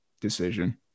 decision